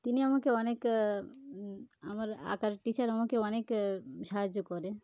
তিনি আমাকে অনেক আমার আঁকার টিচার আমাকে অনেক সাহায্য করে